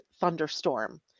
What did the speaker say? thunderstorm